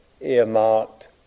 earmarked